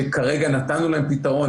שכרגע נתנו להם פתרון,